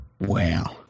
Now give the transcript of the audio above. Wow